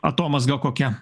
atomazga kokia